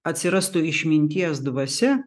atsirastų išminties dvasia